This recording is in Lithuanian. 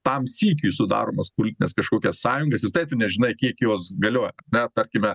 tam sykiui sudaromas politines kažkokias sąjungas ir taip nežinai kiek jos galioja na tarkime